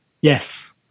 Yes